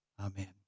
Amen